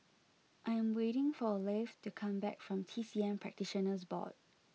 I am waiting for Leif to come back from T C M Practitioners Board